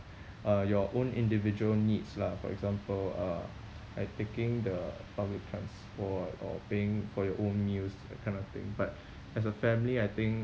uh your own individual needs lah for example uh like taking the public transport or paying for your own meals that kind of thing but as a family I think